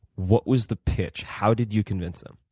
what was the pitch? how did you convince them?